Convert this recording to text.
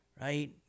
right